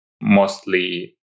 mostly